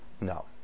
No